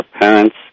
parents